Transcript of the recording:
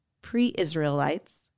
pre-Israelites